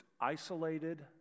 isolated